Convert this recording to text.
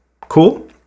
Cool